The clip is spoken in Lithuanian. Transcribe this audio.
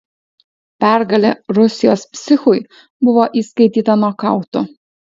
pergalė rusijos psichui buvo įskaityta nokautu